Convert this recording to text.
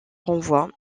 renvoie